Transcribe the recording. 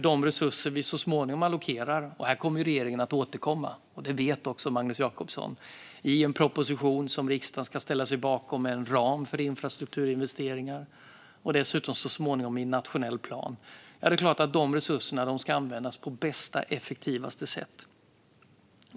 Som Magnus Jacobsson vet kommer regeringen att återkomma till riksdagen med en proposition om en ram för infrastrukturinvesteringar och så småningom en nationell plan. Givetvis ska dessa resurser användas på bästa och mest effektiva sätt.